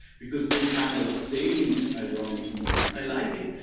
because they kind of stayed in this ironic moment. i like it,